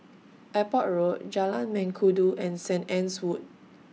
Airport Road Jalan Mengkudu and Saint Anne's Wood